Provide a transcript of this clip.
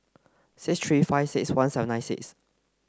six three five six one seven nine six